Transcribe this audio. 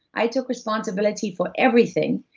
i took responsibility for everything,